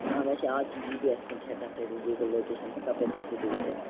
ویسے آز چھِ جی پی اٮ۪س کِنۍ تہِ ہٮ۪کان کٔرِتھ گوٗگٕل لوکیشَن تہٕ تَپٲرۍ تہِ ہیٚکِو تُہۍ وٕچھِتھِ